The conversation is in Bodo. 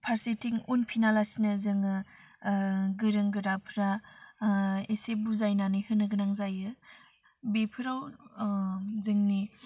फार्सेथिं उनफिनालासिनो जोङो गोरों गोराफ्रा एसे बुजायनानै होनो गोनां जायो बिफोराव जोंनि